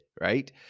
right